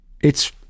it's-